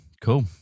cool